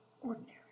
ordinary